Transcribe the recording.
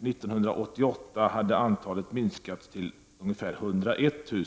1988 hade antalet minskat till ungefär 101 000.